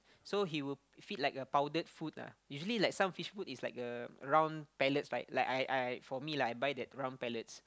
so he will feed like uh powdered food lah usually like some fish food is like a round pellets like I I for me lah I buy the round pellets